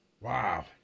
Wow